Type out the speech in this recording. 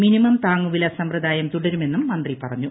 minimum താങ്ങുവില സമ്പ്രദായം തൂട്ടിരുമെന്നും മന്ത്രി പറഞ്ഞു